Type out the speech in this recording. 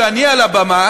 כשאני על הבמה,